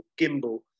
Gimbal